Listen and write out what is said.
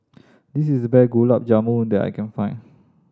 this is the best Gulab Jamun that I can find